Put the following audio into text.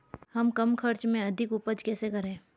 हम कम खर्च में अधिक उपज कैसे करें?